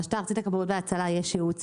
לרשות הארצית לכבאות והצלה יש ייעוץ